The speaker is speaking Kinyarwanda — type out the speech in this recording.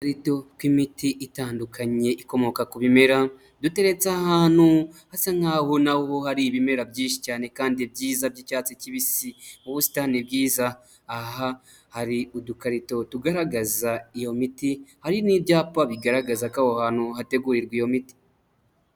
Udukarito tw'imiti itandukanye ikomoka ku bimera, duteretse ahantu hasa nkaho na ho hari ibimera byinshi cyane kandi byiza by'icyatsi kibisi. Mu busitani bwiza, aha hari udukarito tugaragaza iyo miti hari n'ibyapa bigaragaza ko aho hantu hategurirwa iyo miti.